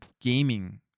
gaming